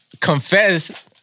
confess